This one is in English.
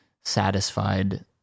satisfied